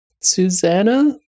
Susanna